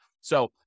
So-